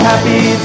Happy